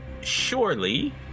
surely